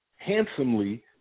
handsomely